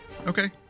Okay